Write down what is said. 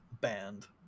band